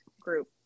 group